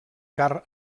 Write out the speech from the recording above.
car